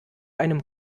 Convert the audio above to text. einem